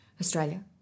Australia